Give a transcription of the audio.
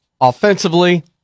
offensively